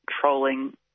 trolling